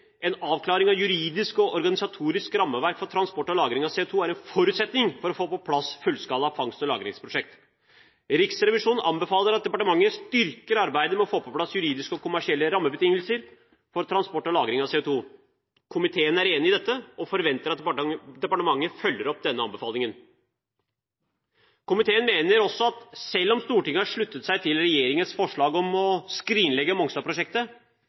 en avklaring av juridisk og organisatorisk rammeverk for transport og lagring av CO2 er en forutsetning for å få på plass fullskala fangst- og lagringsprosjekt. Riksrevisjonen anbefaler at departementet styrker arbeidet med å få på plass juridiske og kommersielle rammebetingelser for transport og lagring av CO2. Komiteen er enig i dette og forventer at departementet følger opp denne anbefalingen. Komiteen mener også at selv om Stortinget har sluttet seg til regjeringens forslag om å skrinlegge